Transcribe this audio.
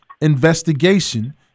investigation